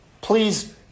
please